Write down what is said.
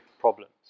problems